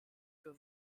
für